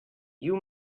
you